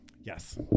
Yes